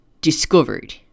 discovered